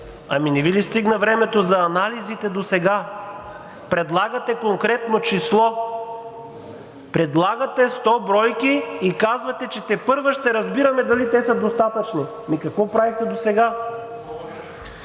Ами не Ви ли стигна времето за анализите досега? Предлагате конкретно число, предлагате 100 бройки и казвате, че тепърва ще разбираме дали те са достатъчни. Ами какво правихте досега?